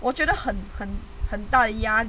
我觉得很很很大压力